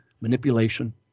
manipulation